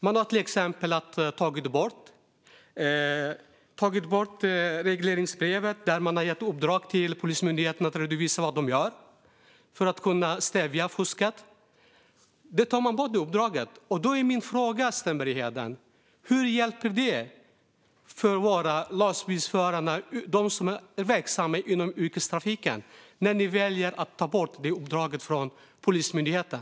Regeringen har ändrat i regleringsbrevet till Polismyndigheten där de hade fått i uppdrag att redovisa vad de gör för att kunna stävja fusket. Detta uppdrag tas bort. Då är min fråga till Sten Bergheden: Hur hjälper det våra lastbilsförare som är verksamma inom yrkestrafiken när ni väljer att ta bort detta uppdrag från Polismyndigheten?